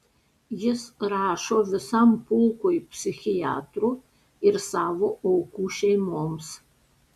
jis rašo visam pulkui psichiatrų ir savo aukų šeimoms